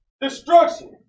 Destruction